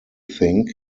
think